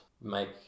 make